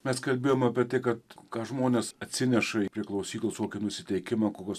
mes kalbėjom apie tai kad ką žmonės atsineša prie klausyklos kokį nusiteikimą kokios